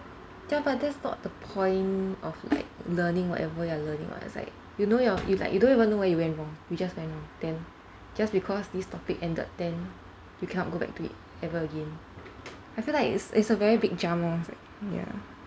ya but that's not the point of like learning whatever you're learning [what] it's like you know you're you like you don't even know where you went wrong you just went wrong then just because this topic ended then you cannot go back to it ever again I feel like it's it's a very big jump lor it's like ya